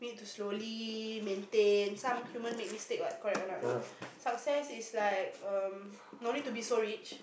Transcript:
to slowly maintain some human make mistake like correct or not success is like um no need to be so rich